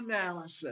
analysis